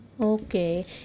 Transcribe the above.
okay